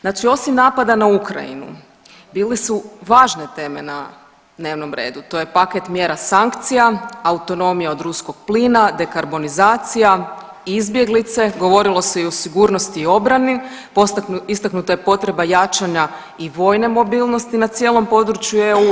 Znači osim napada na Ukrajinu bile su važne teme na dnevnom redu, to je paket mjera sankcija, autonomija od ruskog plina, dekarbonizacija, izbjeglice, govorilo se o sigurnosti i obrani, istaknuta je potreba i jačanja i vojne mobilnosti na cijelom području EU.